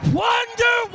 wonder